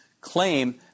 claim